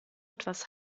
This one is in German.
etwas